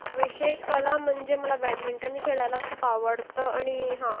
विशेष कला म्हणजे मला बॅडमिंटननी खेळायला खूप आवडतं आणि हा